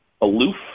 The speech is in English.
aloof